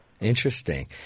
Interesting